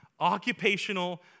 Occupational